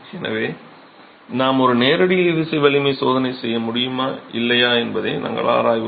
எனவே நாம் ஒரு நேரடி இழுவிசை வலிமை சோதனை செய்ய முடியுமா இல்லையா என்பதை நாங்கள் ஆராய்வோம்